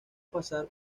pasar